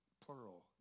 plural